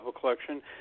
collection